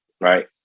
right